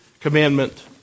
Commandment